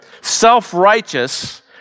self-righteous